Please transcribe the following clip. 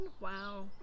Wow